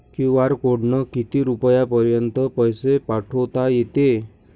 QR कोडनं किती रुपयापर्यंत पैसे पाठोता येते?